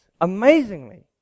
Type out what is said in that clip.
Amazingly